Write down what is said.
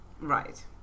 Right